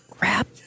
Wrap